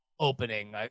opening